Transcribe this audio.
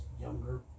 younger